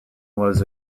was